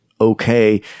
okay